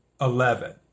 eleven